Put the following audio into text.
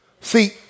See